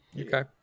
okay